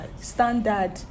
Standard